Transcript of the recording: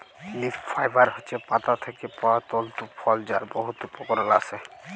leaf fibre হছে পাতা থ্যাকে পাউয়া তলতু ফল যার বহুত উপকরল আসে